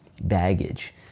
baggage